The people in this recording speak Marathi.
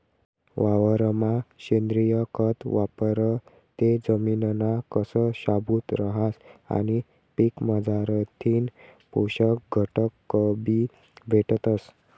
वावरमा सेंद्रिय खत वापरं ते जमिनना कस शाबूत रहास आणि पीकमझारथीन पोषक घटकबी भेटतस